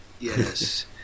Yes